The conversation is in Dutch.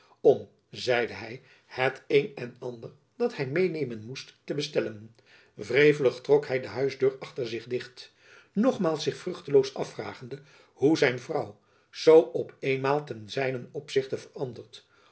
om zeide hy het een en ander dat hy meênemen moest te bestellen wrevelig trok hy de huisdeur achter zich dicht nogmaals zich vruchteloos afvragende hoe zijn vrouw zoo op eenmaal ten zijnen opzichte veranderd